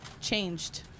changed